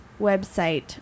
website